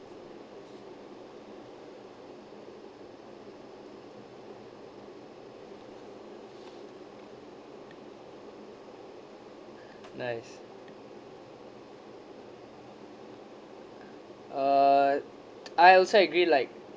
nice uh I also agree like